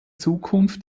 zukunft